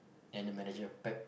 and the manager of pack